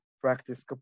practice